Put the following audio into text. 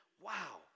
Wow